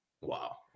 Wow